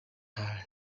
are